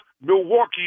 Milwaukee